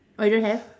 oh you don't have